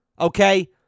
okay